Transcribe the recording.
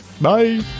Bye